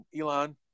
Elon